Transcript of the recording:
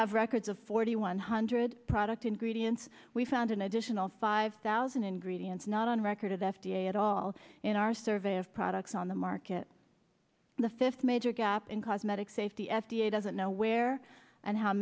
have records of forty one hundred product ingredients we found an additional five thousand in gradients not on record of f d a at all in our survey of products on the market the fifth major gap in cosmetic safety f d a doesn't know where and how